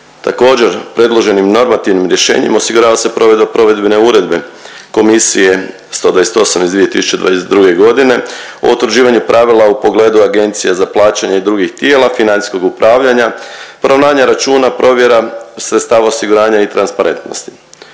Također, predloženim normativnim rješenjem osigurava se provedba provedbene uredbe Komisije 128. iz 2022. godine o utvrđivanju pravila u pogledu Agencije za plaćanje i drugih tijela, financijskog upravljanja, poravnanja računa provjera sredstava osiguranja i transparentnosti.